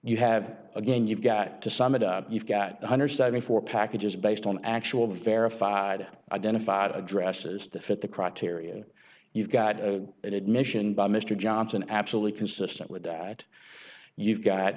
you have again you've got to somebody you've got one hundred and seventy four packages based on actual verified identified addresses to fit the criteria you've got an admission by mr johnson absolutely consistent with what you've got